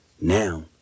Now